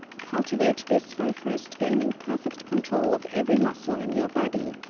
cultivate this by first gaining perfect control of every muscle in your body,